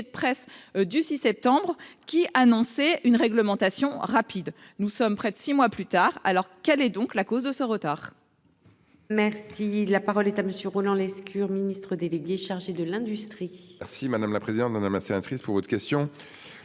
de presse du 6 septembre qui a annoncé une réglementation rapide. Nous sommes près de 6 mois plus tard. Alors quelle est donc la cause de ce retard.